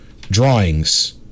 drawings